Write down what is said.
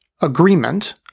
agreement